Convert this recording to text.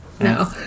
No